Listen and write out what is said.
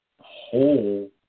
whole